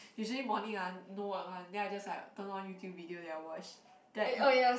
usually morning ah no work one then I just like turn on YouTube video then I watch then I eat